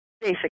basic